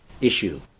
issue